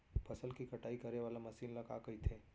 फसल की कटाई करे वाले मशीन ल का कइथे?